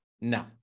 no